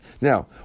Now